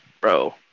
bro